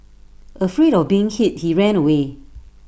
afraid of being hit he ran away